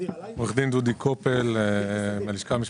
הלשכה המשפטית,